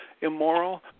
immoral